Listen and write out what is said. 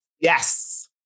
Yes